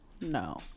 No